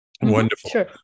wonderful